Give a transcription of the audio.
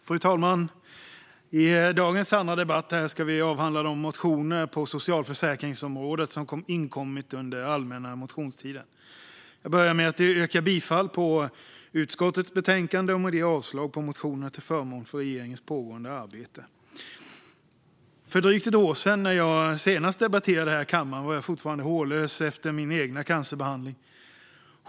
Fru talman! I dagens andra debatt ska vi avhandla de motioner på socialförsäkringsområdet som inkommit under allmänna motionstiden. Jag börjar med att yrka bifall till utskottets förslag och därmed avslag på motionerna, till förmån för regeringens pågående arbete. För drygt ett år sedan, när jag senast debatterade här i kammaren, var jag fortfarande hårlös efter min egen cancerbehandling.